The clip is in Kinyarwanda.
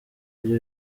ryo